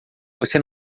você